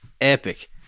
Epic